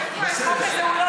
לא.